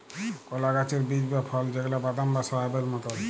কলা গাহাচের বীজ বা ফল যেগলা বাদাম বা সয়াবেল মতল